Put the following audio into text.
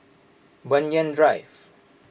Banyan Drive